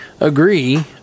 agree